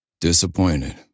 Disappointed